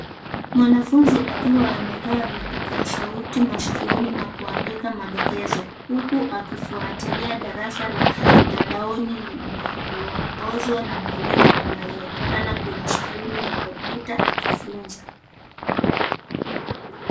Mwanafunzi akiwa amevaa vipokea sauti masikioni na kuandika madokezo huku akifuatilia darasa la mtandaoni linaloongozwa na mwalimu anayeonekana kwenye skrini ya kompyuta akifunza.